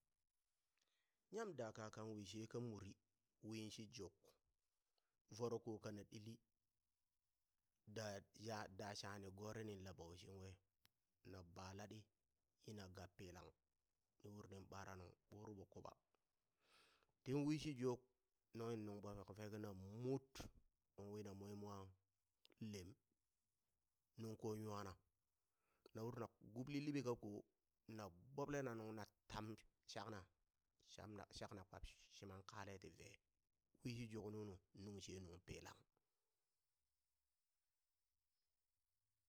Nyam daka kan wishe ka muri wiin shi juk, voro ko kana ɗili, da ya da shangha ni gore ni la bauchin we na ba laɗi yina gab pilang, ni uri niŋ bara nuŋ ɓo uri ɓo kuɓa, tin wishi juk nunghi nung ɓok fek na mut, mon wina moŋwi mwa lem, nungkoŋ nwana, na uri na gubli libe kakoo na gboɓɓle na nuŋ na tam shakna shakna shakna kpap shiman kale ti ve, wishi juk nunu nu̱ng she nu̱ng pilang.